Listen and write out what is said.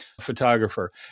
photographer